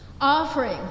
offering